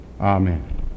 Amen